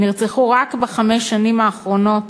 רק בחמש השנים האחרונות,